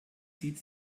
zieht